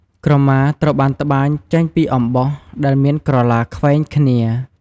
ក្រមាត្រូវបានត្បាញចេញពីអំបោះ ដែលមានក្រឡាខ្វែងគ្នា។